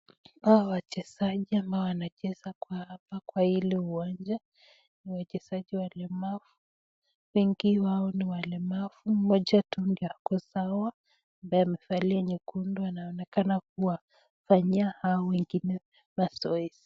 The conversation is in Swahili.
Hawa ni wachezaji wanacheza kwa hili uwanja wengi wao ni walemavu, moja tu ndio ako sawa ambaye amevalia nyekundu anaonekana kuwafanyia wengine mazoezi.